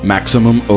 Maximum